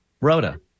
Rhoda